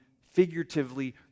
figuratively